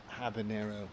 habanero